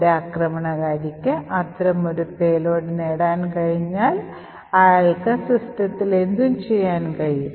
ഒരു ആക്രമണകാരിക്ക് അത്തരമൊരു പേലോഡ് നേടാൻ കഴിഞ്ഞാൽ അയാൾക്ക് സിസ്റ്റത്തിൽ എന്തും ചെയ്യാൻ കഴിയും